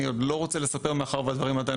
אני עוד לא רוצה לספר מאחר שהדברים עדיין